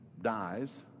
dies